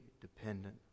dependent